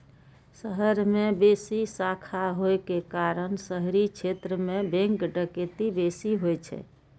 शहर मे बेसी शाखा होइ के कारण शहरी क्षेत्र मे बैंक डकैती बेसी होइ छै